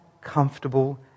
comfortable